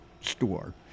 store